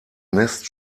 nest